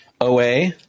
Oa